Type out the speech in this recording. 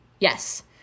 Yes